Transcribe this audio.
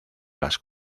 las